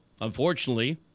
unfortunately